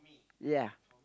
ya